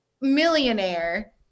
millionaire